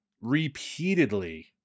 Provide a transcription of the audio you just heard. repeatedly